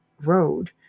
road